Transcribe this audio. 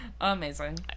Amazing